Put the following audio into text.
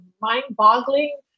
mind-boggling